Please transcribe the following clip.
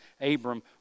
Abram